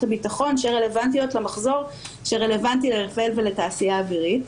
הביטחון שרלוונטיות למחזור שרלוונטי לרפאל ולתעשייה האווירית.